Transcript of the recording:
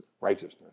righteousness